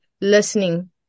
listening